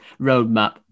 roadmap